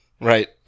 Right